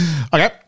Okay